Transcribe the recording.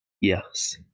Yes